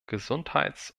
gesundheits